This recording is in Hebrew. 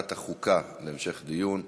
לוועדת החוקה להמשך דיון.